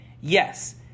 Yes